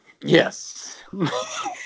Yes